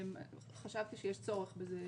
חשבתי שיש צורך בזה.